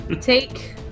Take